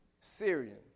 Syrian